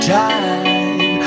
time